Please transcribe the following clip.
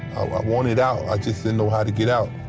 i wanted out. i just didn't know how to get out.